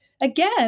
again